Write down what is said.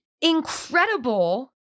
incredible